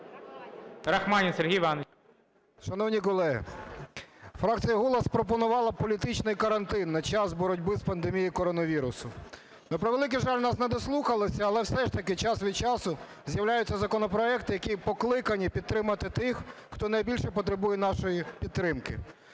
РАХМАНІН С.І. Шановні колеги, фракція "Голос" пропонувала політичний карантин на час боротьби з пандемією коронавірусу. На превеликий жаль, нас не дослухалися, але все ж таки час від часу з'являються законопроекти, які покликані підтримати тих, хто найбільше потребує нашої підтримки.